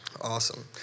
Awesome